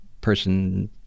person